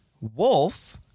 Wolf